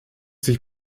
sich